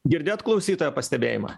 girdėjot klausytojo pastebėjimą